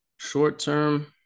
short-term